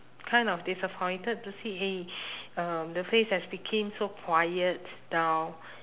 kind of disappointed to see !hey! um the place has became so quiet dull